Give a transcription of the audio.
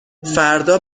فردا